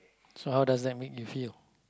so how does that make you feel